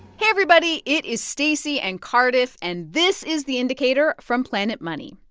hey, everybody. it is stacey and cardiff. and this is the indicator from planet money.